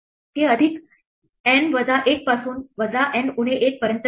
ते अधिक N वजा एक पासून वजा N उणे 1 पर्यंत जाते